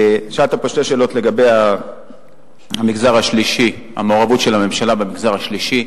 שאלת פה שתי שאלות לגבי המעורבות של הממשלה במגזר השלישי.